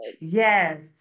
Yes